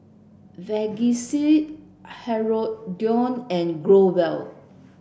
Vagisil Hirudoid and Growell